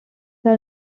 are